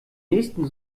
nächsten